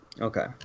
Okay